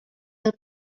are